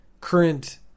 current